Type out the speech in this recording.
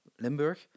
Limburg